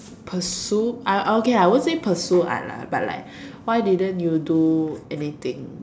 pursue I'll I okay lah won't say pursue art lah but like why didn't you do anything